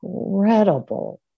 incredible